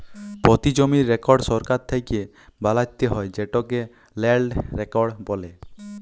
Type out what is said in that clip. পতি জমির রেকড় সরকার থ্যাকে বালাত্যে হয় যেটকে ল্যান্ড রেকড় বলে